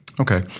Okay